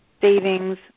savings